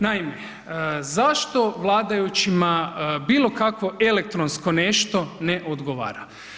Naime, zašto vladajućima bilo kakvo elektronsko nešto ne odgovara?